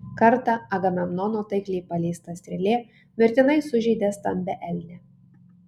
kartą agamemnono taikliai paleista strėlė mirtinai sužeidė stambią elnę